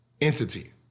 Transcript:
entity